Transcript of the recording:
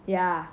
ya